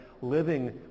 living